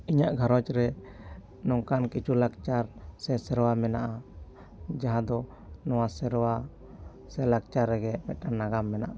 ᱤᱧᱟᱹᱜ ᱜᱷᱟᱨᱚᱧᱡᱽ ᱨᱮ ᱱᱚᱝᱠᱟᱱ ᱠᱤᱪᱷᱩ ᱞᱟᱠᱪᱟᱨ ᱥᱮ ᱥᱮᱨᱣᱟ ᱢᱮᱱᱟᱜᱼᱟ ᱡᱟᱦᱟᱸ ᱫᱚ ᱱᱚᱣᱟ ᱥᱮᱨᱣᱟ ᱥᱮ ᱞᱟᱠᱪᱟᱨ ᱨᱮᱜᱮ ᱢᱤᱫᱴᱮᱱ ᱱᱟᱜᱟᱢ ᱢᱮᱱᱟᱜᱼᱟ